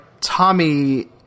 Tommy